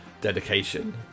dedication